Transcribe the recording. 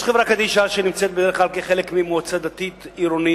יש חברה קדישא שנמצאת בדרך כלל כחלק ממועצה דתית-עירונית,